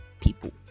people